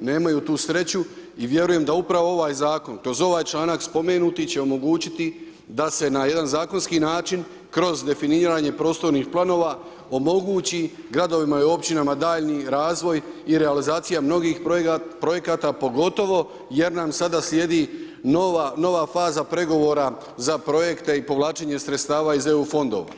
nemaju tu sreću i vjerujem da upravo ovaj Zakon, kroz ovaj članak spomenuti će omogućiti da se na jedan zakonski način kroz definiranje prostornih planova omogući gradovima i općinama daljnji razvoj i realizacija mnogih projekata, pogotovo jer nam sada slijedi nova faza pregovora za projekte i povlačenje sredstava iz EU fondova.